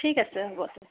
ঠিক আছে হ'ব